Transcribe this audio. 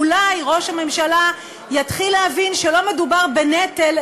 אולי ראש הממשלה יתחיל להבין שלא מדובר בנטל,